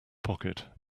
pocket